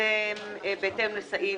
זה בהתאם לסעיף